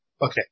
Okay